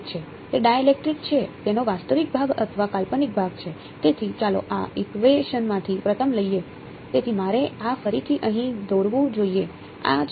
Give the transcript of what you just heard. તે ડાઇલેક્ટ્રિક છે